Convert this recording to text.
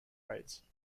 rights